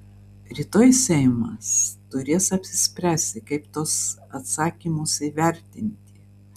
rytoj seimas turės apsispręsti kaip tuos atsakymus įvertinti